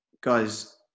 guys